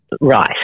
right